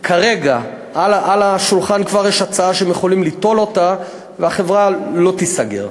כרגע יש כבר על השולחן הצעה שהם יכולים ליטול אותה והחברה לא תיסגר,